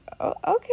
okay